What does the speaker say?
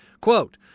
quote